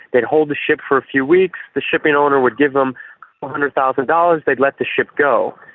they'd hold the ship for a few weeks, the shipping owner would give them four hundred thousand dollars, they'd let the ship go.